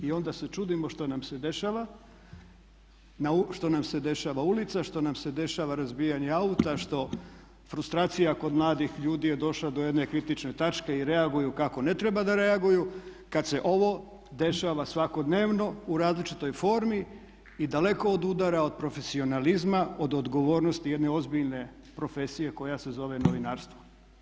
I onda se čudimo što nam se dešava ulica, što nam se dešava razbijanje auta, što frustracija kod mladih ljudi je došla do jedne kritične točke i reagiraju kako ne treba da reagiraju kada se ovo dešava svakodnevno u različitoj formi i daleko od udara od profesionalizma, od odgovornosti jedne ozbiljne profesije koja se zove novinarstvo.